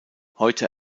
heute